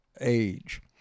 age